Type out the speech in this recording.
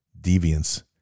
deviance